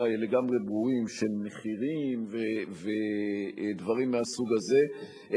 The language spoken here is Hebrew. לגמרי ברורים של מחירים ודברים מהסוג הזה,